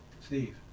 Steve